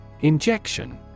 Injection